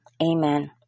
amen